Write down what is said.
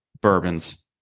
bourbons